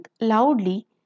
loudly